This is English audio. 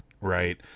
right